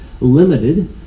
limited